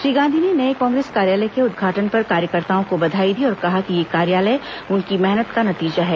श्री गांधी ने नए कांग्रेस कार्यालय के उदघाटन पर कार्यकर्ताओं को बधाई दी और कहा कि यह कार्यालय उनकी मेहनत का नतीजा है